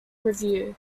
review